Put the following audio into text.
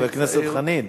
חבר הכנסת חנין,